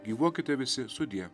gyvuokite visi sudie